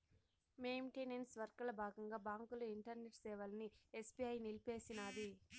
maintenance వర్కల బాగంగా బాంకుల ఇంటర్నెట్ సేవలని ఎస్బీఐ నిలిపేసినాది